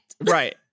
Right